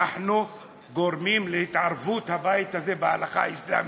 אנחנו גורמים להתערבות הבית הזה בהלכה האסלאמית.